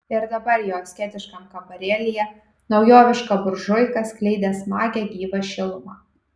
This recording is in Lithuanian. ir dabar jo asketiškam kambarėlyje naujoviška buržuika skleidė smagią gyvą šilumą